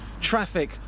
Traffic